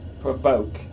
Provoke